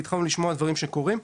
והתחלנו לשמוע על דברים שקורים.